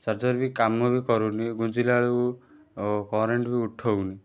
charger ବି କାମ ବି କରୁନି ଗୁଞ୍ଜିଲାବେଳକୁ କରେଣ୍ଟ୍ ବି ଉଠଉନି